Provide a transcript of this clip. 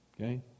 Okay